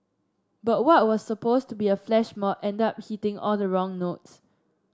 but what was supposed to be a flash mob ended up hitting all the wrong notes